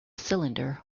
cylinder